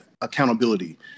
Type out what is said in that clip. accountability